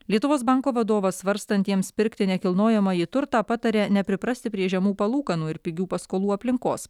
lietuvos banko vadovas svarstantiems pirkti nekilnojamąjį turtą pataria nepriprasti prie žemų palūkanų ir pigių paskolų aplinkos